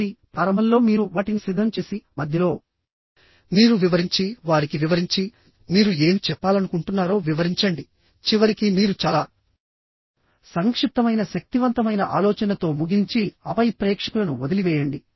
కాబట్టి ప్రారంభంలో మీరు వాటిని సిద్ధం చేసి మధ్యలో మీరు వివరించి వారికి వివరించి మీరు ఏమి చెప్పాలనుకుంటున్నారో వివరించండి చివరికి మీరు చాలా సంక్షిప్తమైన శక్తివంతమైన ఆలోచనతో ముగించి ఆపై ప్రేక్షకులను వదిలివేయండి